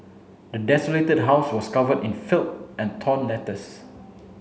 the desolated house was covered in filth and torn letters